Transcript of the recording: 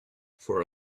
for